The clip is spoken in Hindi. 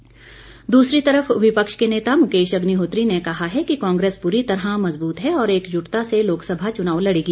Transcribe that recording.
अग्निहोत्री दूसरी तरफ विपक्ष के नेता मुकेश अग्निहोत्री ने कहा है कि कांग्रेस पूरी तरह मजबूत है और एकजुटता से लोकसभा चुनाव लड़ेगी